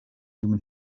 human